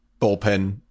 bullpen